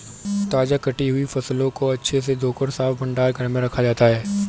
ताजा कटी हुई फसलों को अच्छे से धोकर साफ भंडार घर में रखा जाता है